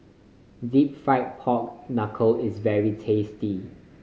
Deep Fried Pork Knuckle is very tasty